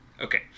Okay